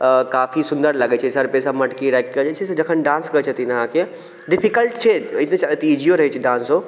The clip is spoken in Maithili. काफी सुन्दर लागै छै सर पे सब मटकी राखि कऽ जे छै से जखन डांस करै छथिन अहाँके डिफिकल्ट छै इजियो रहै छै डांसो